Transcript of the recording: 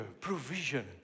provision